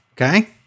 Okay